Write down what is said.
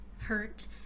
hurt